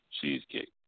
cheesecake